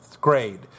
grade